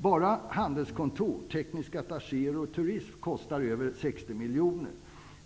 Bara handelskontor, tekniska attachéer och turism kostar över 60 miljoner.